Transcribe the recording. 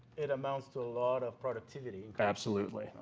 it amounts to a lot of productivity. and absolutely,